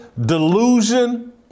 delusion